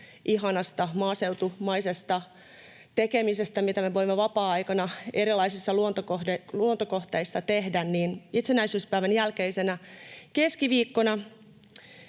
ihanasta maaseutumaisesta tekemisestä, mitä me voimme vapaa-aikana erilaisissa luontokohteissa tehdä — itsenäisyyspäivän jälkeisenä keskiviikkona